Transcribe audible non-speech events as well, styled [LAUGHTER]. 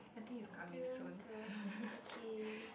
I think it's coming soon [LAUGHS]